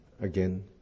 again